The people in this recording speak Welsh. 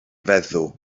feddw